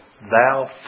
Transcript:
thou